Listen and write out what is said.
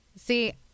See